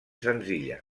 senzilla